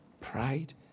Pride